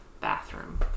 bathroom